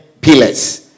pillars